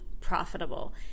profitable